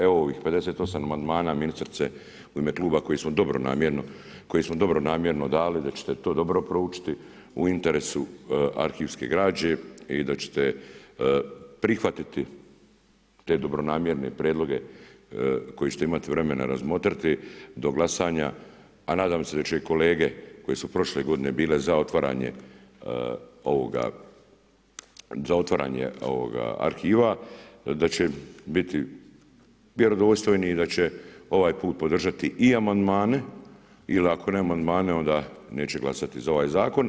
Evo ovih 58 amandmana ministrice u ime kluba koje smo dobronamjerno, koje smo dobronamjerno dali da ćete to dobro proučiti u interesu arhivske građe i da ćete prihvatiti te dobronamjerne prijedloge koje ćete imati vremena razmotriti do glasanja a nadam se da će i kolege koje su prošle godine bile za otvaranje ovoga arhiva da će biti vjerodostojni i da će ovaj put podržati i amandmane ili ako ne amandmane onda neće glasati za ovaj zakon.